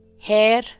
hair